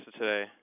today